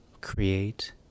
create